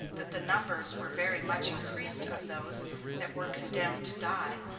that the numbers were very much increased of those that were condemned to die,